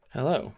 Hello